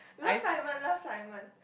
love Simon love Simon